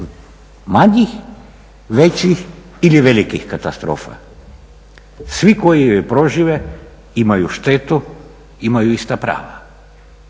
manjih, većih ili velikih katastrofa, svi koji ju prožive, imaju štetu, imaju ista prava.